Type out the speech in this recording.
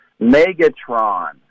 Megatron